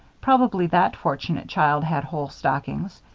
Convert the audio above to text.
probably that fortunate child had whole stockings,